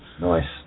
Nice